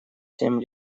семь